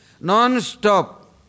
Non-stop